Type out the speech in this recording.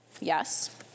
Yes